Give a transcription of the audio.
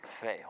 fail